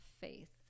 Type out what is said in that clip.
faith